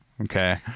Okay